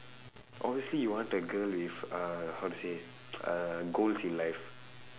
obviously you want a girl with uh how to say uh goals in life